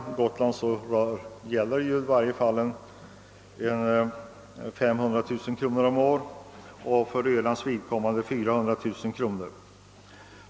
För Gotland gäller det i varje fall cirka 500 000 kronor om året och för Öland omkring 400 000 kronor.